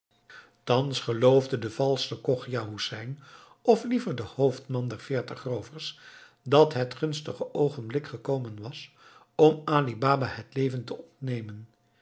thans geloofde de valsche chogia hoesein of liever de hoofdman der veertig roovers dat het gunstige oogenblik gekomen was om ali baba het leven te ontnemen